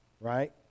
right